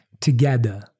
together